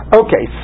okay